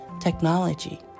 technology